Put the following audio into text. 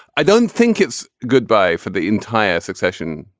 i don't think it's goodbye for the entire succession.